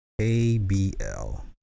abl